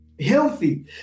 healthy